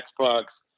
Xbox